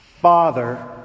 Father